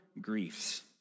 griefs